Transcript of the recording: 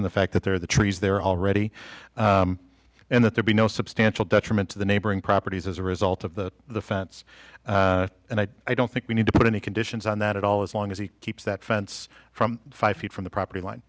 on the fact that there are the trees there already and that there be no substantial detriment to the neighboring properties as a result of the fence and i don't think we need to put any conditions on that at all as long as he keeps that fence from five feet from the property line